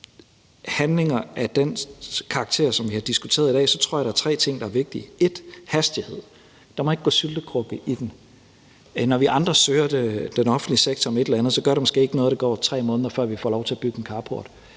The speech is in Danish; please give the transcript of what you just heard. handlinger af den karakter, som vi har diskuteret i dag, så tror jeg, der er tre ting, der er vigtige. 1) Det er hastighed. Der må ikke gå syltekrukke i den. Når vi andre søger den offentlige sektor om et eller andet, gør det måske ikke noget, at der går 3 måneder, før vi får lov til at bygge en carport,